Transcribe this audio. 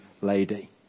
lady